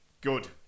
Good